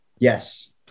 Yes